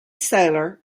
sailor